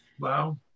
Wow